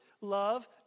Love